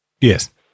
Yes